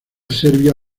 serbia